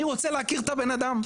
אני רוצה להכיר את הבן אדם.